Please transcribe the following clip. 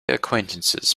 acquaintances